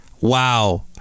Wow